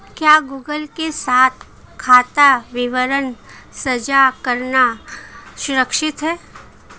क्या गूगल के साथ खाता विवरण साझा करना सुरक्षित है?